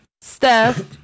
Steph